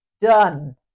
done